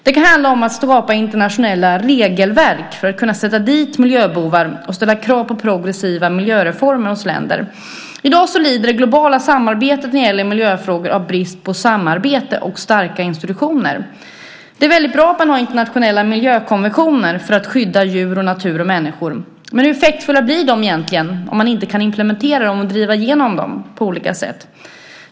Det kan handla om att skapa internationella regelverk för att kunna sätta dit miljöbovar och ställa krav på progressiva miljöreformer hos länder. I dag lider det globala samarbetet när det gäller miljöfrågor av brist på samarbete och starka institutioner. Det är väldigt bra att man har internationella miljökonventioner för att skydda djur, natur och människor. Men hur effektiva blir de egentligen om man inte kan implementera dem och driva igenom dem på olika sätt?